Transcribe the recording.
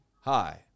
Hi